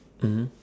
mmhmm